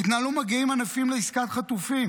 "התנהלו מגעים ענפים לעסקאות חטופים.